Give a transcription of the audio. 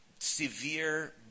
severe